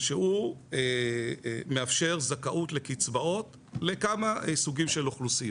שהוא מאפשר זכאות לקצבאות לכמה סוגים של אוכלוסיות.